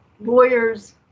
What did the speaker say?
lawyers